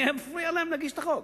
מי היה מפריע להם להגיש את החוק?